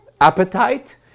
appetite